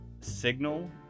Signal